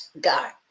God